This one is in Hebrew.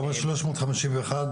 אתה אומר שלוש מאות חמישים ואחד